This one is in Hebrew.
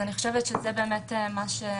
אני חושבת שזה מה שמיוחד,